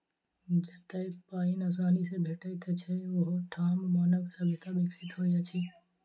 जतअ पाइन आसानी सॅ भेटैत छै, ओहि ठाम मानव सभ्यता विकसित होइत अछि